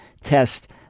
test